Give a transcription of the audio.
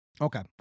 Okay